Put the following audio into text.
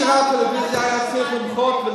מי שראה טלוויזיה היה צריך למחות,